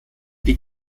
die